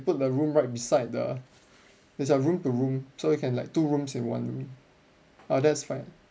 put the room right beside the there's a room to room so you can like two rooms in one ah that's fine